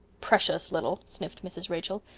precious little, sniffed mrs. rachel.